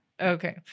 Okay